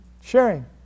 sharing